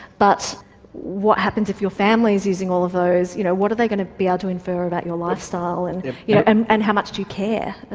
but what happens if your family's using all of those? you know what are they going to be able ah to infer about your lifestyle, and yeah and and how much do you care,